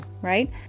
right